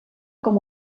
com